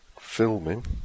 filming